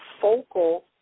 focal